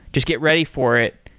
just get ready for it.